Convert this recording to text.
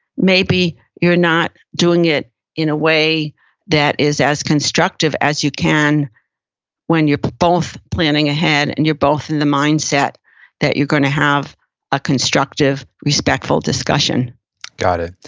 maybe you're not doing it in a way that is as constructive as you can when you're both planning ahead and you're both in the mindset that you're gonna have a constructive respectful discussion got it.